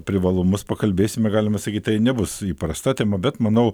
privalumus pakalbėsime galima sakyti tai nebus įprasta tema bet manau